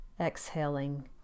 Exhaling